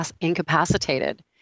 incapacitated